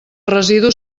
residus